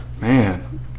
Man